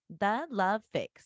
thelovefix